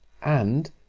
and,